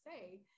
say